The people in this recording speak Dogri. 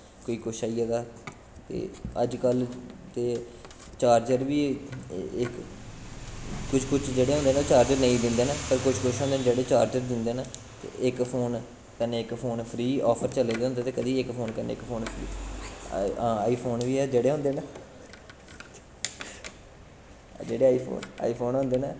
कोई कुछ आई गेदा ते अज्जकल ते चार्जर बी इक कुछ कुछ जेह्ड़े होंदे न चार्जर नेईं दिंदे न पर कुछ कुछ होंदे न जेह्ड़े चार्जर दिंदे न ते इक फोन कन्नै इक फोन फ्री आफर चले होंदे ते कदीं इक फोन कन्नै इक फोन फ्री हां आई फोन बी जेह्ड़े होंदे न जेह्ड़े आई फोन आई फोन होंदे न